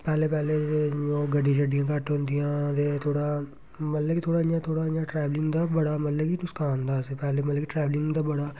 पैह्ले पैह्ले जियां ओह् गड्डी छड्डी घट्ट होंदियां ते थोह्ड़ियां मतलब कि थोह्ड़ा इ'यां थोह्ड़ा इ'यां ट्रैवलिंग दा बड़ा मतलब कि नुकसान हा असेंगी पैह्ले मतलब कि ट्रैवलिंग दा बड़ा